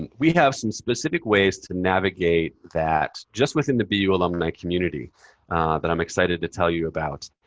and we have some specific ways to navigate that just within the bu alumni community that i'm excited to tell you about.